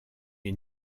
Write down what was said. est